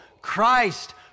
Christ